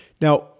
Now